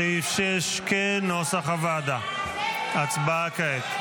סעיף 6 כנוסח הוועדה, הצבעה כעת.